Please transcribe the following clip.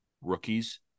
Rookies